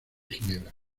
ginebra